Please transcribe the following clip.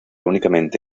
únicamente